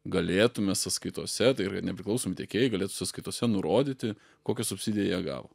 galėtume sąskaitose tai yra nepriklausomi tiekėjai galėtų sąskaitose nurodyti kokią subsidiją jie gavo